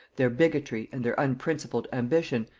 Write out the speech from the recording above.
their bigotry, and their unprincipled ambition,